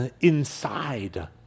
inside